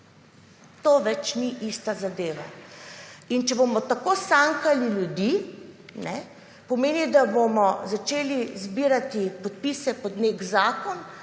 To več ni ista zadeva. In če bomo tako sankali ljudi, pomeni, da bomo začeli zbirati podpise pod nek zakon,